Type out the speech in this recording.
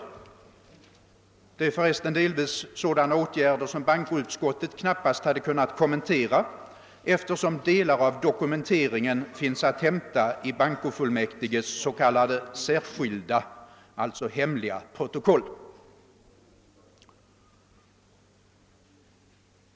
Det rör sig för resten delvis om sådana åtgärder som bankoutskottet knappast hade kunnat kommentera, eftersom delar av dokumenteringen återfinns i bankofullmäktiges s.k. särskilda, d. v. s. hemliga, protokoll.